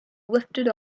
lifted